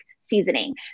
seasoning